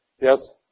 Yes